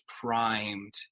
primed